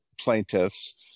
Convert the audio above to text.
plaintiffs